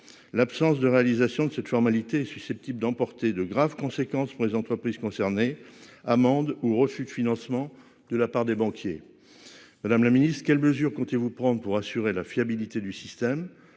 L'absence de réalisation de cette formalité susceptibles d'emporter de graves conséquences pour les entreprises concernées amende ou refus de financement de la part des banquiers. Madame la Ministre, quelles mesures comptez-vous prendre pour assurer la fiabilité du système.